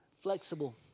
flexible